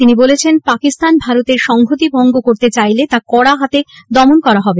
তিনি বলেছেন পাকিস্তান ভারতের সংহতিভঙ্গ করতে চাইলে তা কড়া হাতে দমন করা হবে